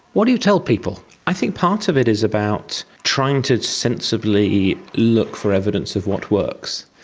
what do you tell people? i think part of it is about trying to sensibly look for evidence of what works.